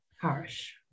Harsh